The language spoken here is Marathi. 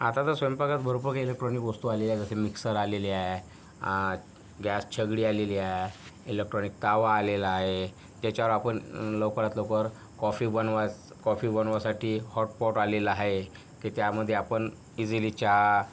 आता तर स्वयंपाकात भरपूर इलेक्ट्राॅनिक वस्तू आलेल्या आहेत जसे मिक्सर आलेले आहे गॅस शेगडी आलेली आहे इलेक्ट्राॅनिक तवा आलेला आहे त्याच्यावर आपण लवकरात लवकर कॉफी बनवायास कॉफी बनवासाठी हॉटपॉट आलेला आहे की त्यामध्ये आपण इजीली चा